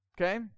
Okay